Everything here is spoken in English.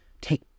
take